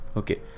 okay